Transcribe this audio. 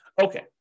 Okay